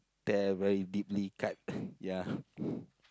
tear very deeply cut